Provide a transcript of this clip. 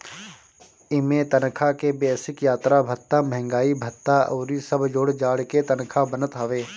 इमें तनखा के बेसिक, यात्रा भत्ता, महंगाई भत्ता अउरी जब जोड़ जाड़ के तनखा बनत हवे